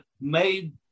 made